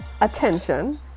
attention